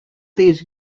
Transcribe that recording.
these